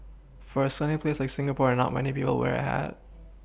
for a sunny place like Singapore are not many people wear a hat